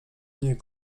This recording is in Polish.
nie